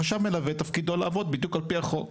חשב מלווה תפקידו לעבוד בדיוק על פי החוק.